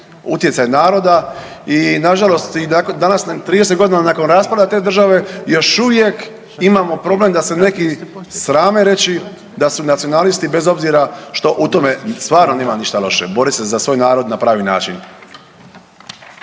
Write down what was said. utjecaj naroda i nažalost i danas 30 godina nakon raspada te države još uvijek imamo problem da se neki srame reći da su nacionalisti bez obzira što u tome stvarno nema ništa loše borit se za svoj narod na pravi način.